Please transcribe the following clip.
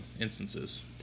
instances